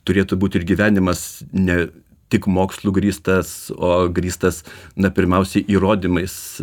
turėtų būti ir gyvenimas ne tik mokslu grįstas o grįstas na pirmiausiai įrodymais